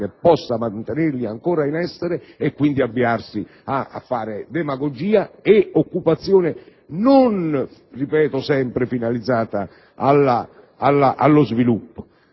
possa mantenerli in essere e quindi avviarsi a fare demagogia e occupazione non finalizzata allo sviluppo.